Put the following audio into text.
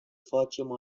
facem